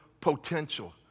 potential